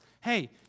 hey